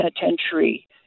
penitentiary